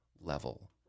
level